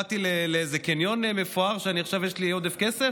באתי לקניון מפואר ועכשיו יש לי עודף כסף?